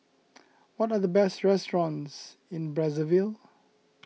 what are the best restaurants in Brazzaville